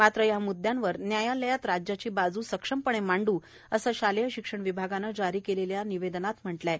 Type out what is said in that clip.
मात्र या मुद्यांवर न्यायालयात राज्याची बाजू सक्षमपणे मांडू असं शालेय शिक्षण विभागानं जारी केलेल्या निवेदनात म्हटलं आहे